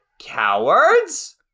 cowards